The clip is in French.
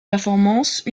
performances